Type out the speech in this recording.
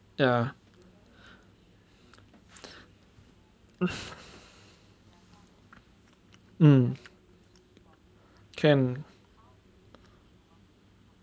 ya mm can